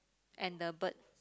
and the bird